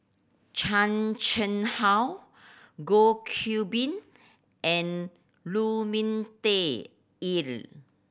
Chan Chang How Goh Qiu Bin and Lu Ming Teh Earl